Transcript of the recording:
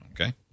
Okay